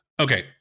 Okay